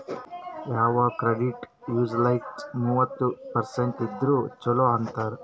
ಯವಾಗ್ನು credit utilized ಮೂವತ್ತ percent ಇದ್ದುರ ಛಲೋ ಅಂತಾರ್